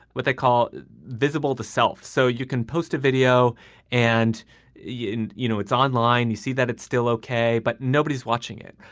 what they call visible the self. so you can post a video and you and you know, it's online. you see that it's still okay, but nobody's watching it.